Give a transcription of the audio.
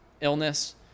illness